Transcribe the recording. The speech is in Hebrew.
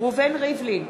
ראובן ריבלין,